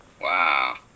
wow